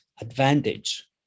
advantage